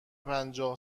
پنجاه